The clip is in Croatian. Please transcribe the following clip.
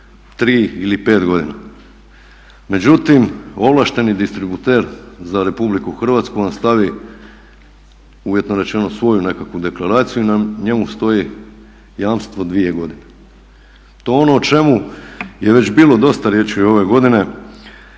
3 ili 5 godina. Međutim, ovlašteni distributer za Republiku Hrvatsku vam stavi uvjetno rečeno svoju nekakvu deklaraciju i na njemu stoji jamstvo dvije godine. To je ono o čemu je već bilo dosta riječi ove godine,